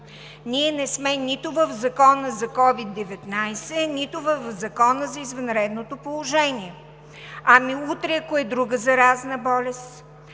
Ние не сме нито в Закона за COVID-19, нито в Закона за извънредното положение. Ами утре, ако е друга заразна болест?